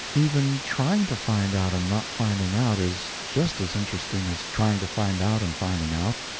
even trying to find out and not finding out is just as interesting as trying to find out and finding out,